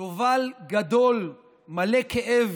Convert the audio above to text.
שובל גדול מלא כאב